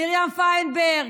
מרים פיירברג,